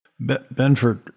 Benford